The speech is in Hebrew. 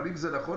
אבל אם זה נכון,